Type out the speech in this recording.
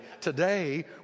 today